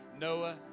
Noah